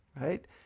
right